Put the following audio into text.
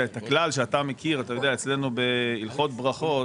את הכלל שאתה מכיר אצלנו בהלכות ברכות,